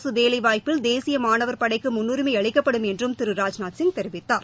அரசு வேலைவாய்ப்பில் தேசிய மாணவா் படைக்கு முன்னுரிமை அளிக்கப்படும் என்றும் திரு ராஜ்நாத்சிங் தெரிவித்தார்